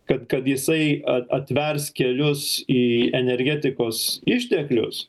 kad kad jisai a atvers kelius į energetikos išteklius